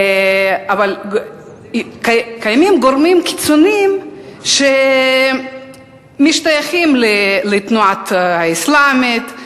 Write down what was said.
קיימים גורמים קיצוניים שמשתייכים לתנועה האסלאמית.